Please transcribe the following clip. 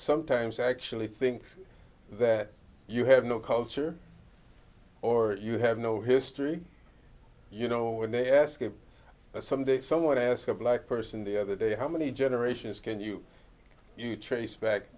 actually thinks that you have no culture or you have no history you know when they ask if someday someone to ask a black person the other day how many generations can you you trace back